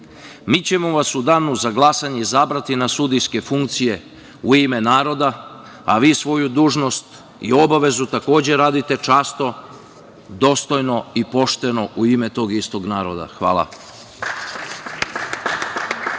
ćemo vas u danu za glasanje izabrati na sudijske funkcije u ime naroda, a vi svoju dužnost i obavezu takođe radite časno, dostojno i pošteno u ime tog istog naroda. Hvala.